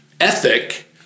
ethic